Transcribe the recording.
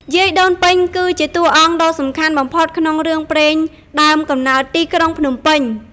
យាយដូនពេញ គឺជាតួអង្គដ៏សំខាន់បំផុតក្នុងរឿងព្រេងដើមកំណើតទីក្រុងភ្នំពេញ។